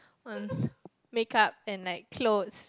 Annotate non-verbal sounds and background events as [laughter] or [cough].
on [breath] make up and like clothes